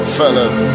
fellas